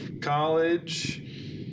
College